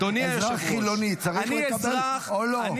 אזרח חילוני צריך לקבל או לא?